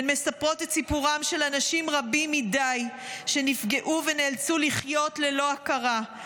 הן מספרות את סיפורם של אנשים רבים מדי שנפגעו ונאלצו לחיות ללא הכרה,